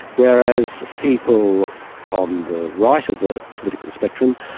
whereas people on the right of the political spectrum,